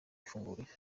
ifunguye